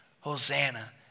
Hosanna